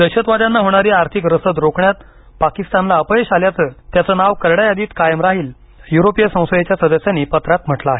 दहशतवाद्यांना होणारी आर्थिक रसद रोखण्यात पाकिस्तानला अपयश आल्यानंच त्यांचं नाव करड्या यादीत कायम राहिलं असल्याचंही युरोपीय संसदेच्या सदस्यांनी पत्रात म्हटलं आहे